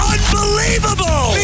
Unbelievable